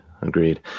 agreed